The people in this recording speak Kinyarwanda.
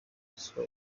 ruswa